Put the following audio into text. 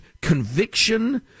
conviction